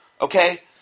okay